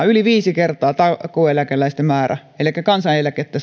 yli viisi kertaa takuueläkeläisten määrältä elikkä kansaneläkettä